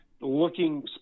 looking